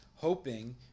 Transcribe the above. hoping